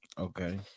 Okay